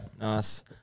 nice